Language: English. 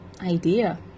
idea